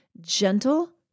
gentle